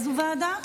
איזו ועדה?